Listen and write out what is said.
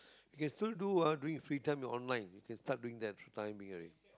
you can still do during your free time online you can start doing that for the time being